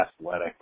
athletic